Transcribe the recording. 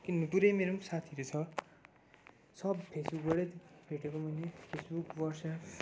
किनभने पुरै मेरो साथीहरू छ सब फेसबुकबाटै भेटेको मैले फेसबुक वाट्सएप